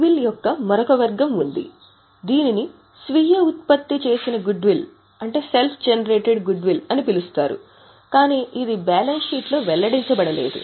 goodwill యొక్క మరొక వర్గం ఉంది దీనిని స్వీయ ఉత్పత్తి చేసిన గుడ్విల్ అని పిలుస్తారు కాని ఇది బ్యాలెన్స్ షీట్లో వెల్లడించబడలేదు